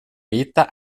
meter